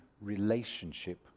relationship